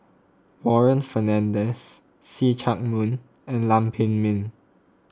Warren Fernandez See Chak Mun and Lam Pin Min